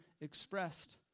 expressed